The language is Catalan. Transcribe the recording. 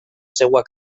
seva